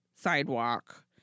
sidewalk